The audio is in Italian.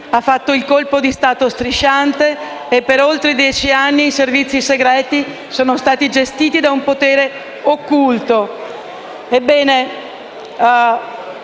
ha fatto il colpo di Stato strisciante. Per più di dieci anni i servizi segreti sono stati gestiti da un potere occulto».